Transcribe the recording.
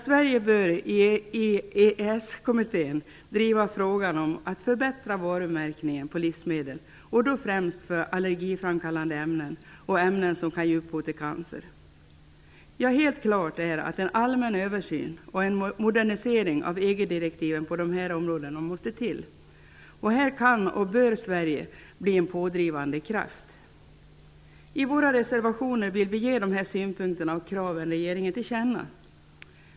Sverige bör i EES-kommittén driva frågan om att förbättra varumärkningen för livsmedel, och då främst för allergiframkallande ämnen och ämnen som kan ge upphov till cancer. Helt klart är att en allmän översyn och en modernisering av EG direktiven på dessa områden måste till. Här kan och bör Sverige bli en pådrivande kraft. I våra reservationer vill vi ge dessa synpunkter och krav regeringen till känna.